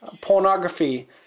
pornography